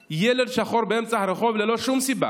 ילד שחור באמצע הרחוב ללא שום סיבה,